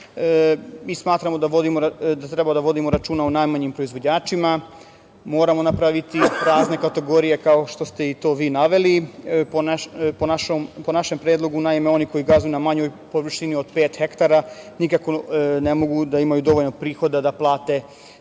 smatramo da treba da vodimo računa o najmanjim proizvođačima, moramo napraviti razne kategorije, kao što ste to i vi naveli. Po našem predlogu, naime, oni koji gazduju na manjoj površini od pet hektara nikako ne mogu da imaju dovoljno prihoda da plate